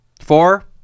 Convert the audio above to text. Four